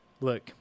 Look